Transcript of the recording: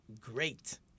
great